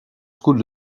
school